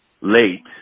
late